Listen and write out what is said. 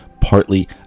partly